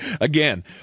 again